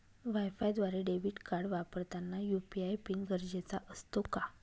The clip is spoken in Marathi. वायफायद्वारे डेबिट कार्ड वापरताना यू.पी.आय पिन गरजेचा असतो का?